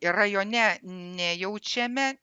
rajone nejaučiame